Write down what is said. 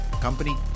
company